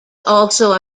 also